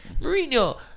Mourinho